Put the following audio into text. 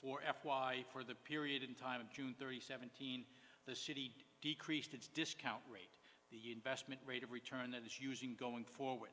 for f y for the period in time of june thirty seventeen the city decreased its discount rate the investment rate of return that it's using going forward